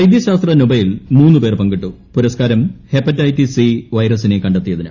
വൈദ്യശാസ്ത്ര നൊബേൽ മൂന്നുപേർ പങ്കിട്ടു പുരസ്കാരം ഹെപ്പറ്റൈറ്റിസ് സി വൈറസിനെ കണ്ടെത്തിയതിന്